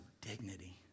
dignity